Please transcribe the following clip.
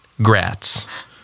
Grats